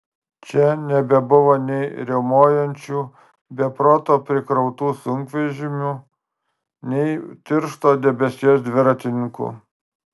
čia nebebuvo nei riaumojančių be proto prikrautų sunkvežimių nei tiršto debesies dviratininkų